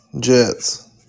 Jets